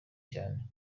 cyane